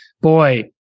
boy